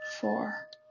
four